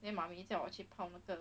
then 妈咪叫我去泡那个